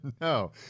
No